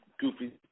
goofy